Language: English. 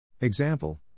Example